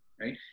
right